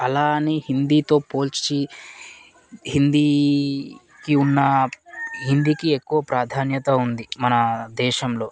అలా అని హిందీతో పోల్చి హిందీకి ఉన్న హిందీకి ఎక్కువ ప్రాధాన్యత ఉంది మన దేశంలో